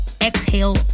exhale